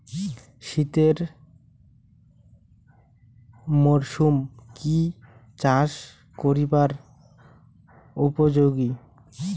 শীতের মরসুম কি চাষ করিবার উপযোগী?